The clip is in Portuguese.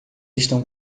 estão